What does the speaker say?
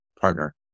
partner